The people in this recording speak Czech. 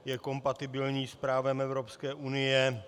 Je kompatibilní s právem Evropské unie.